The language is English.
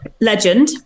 Legend